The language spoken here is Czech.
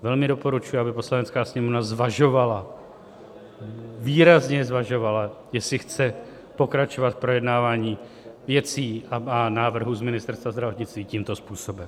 Velmi doporučuji, aby Poslanecká sněmovna výrazně zvažovala, jestli chce pokračovat v projednávání věcí a návrhů z Ministerstva zdravotnictví tímto způsobem.